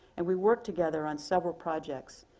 and we work together on several projects,